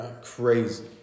crazy